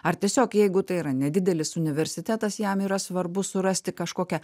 ar tiesiog jeigu tai yra nedidelis universitetas jam yra svarbu surasti kažkokią